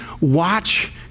Watch